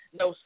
no